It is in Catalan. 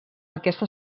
aquesta